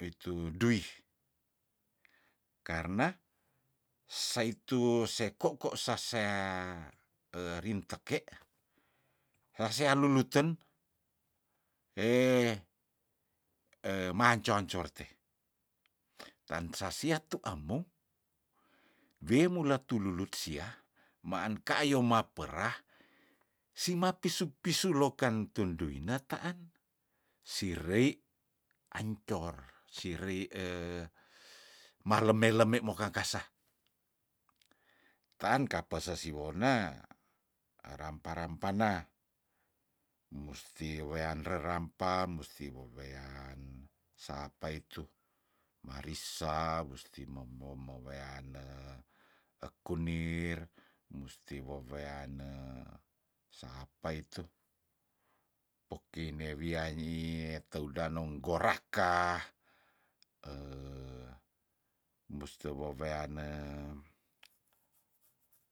Witu dui karna saitu sek koko sasea rinteke rasea luluten ema anco- ancor te tansa sia tua amou wemula tululut sia maan kayo mapera sima pisu- pisu lokan tunduina taan sirei ancor sirei maleme- leme mokang kasah taan kape sesiwone arampa- rampa na musti wean rerampa musti bewean saapa itu marisa musti membo meweane ekunir musti meweane saapa itu poki ne wia nyiih toudanong goraka muste weweane